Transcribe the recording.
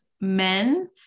men